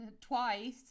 twice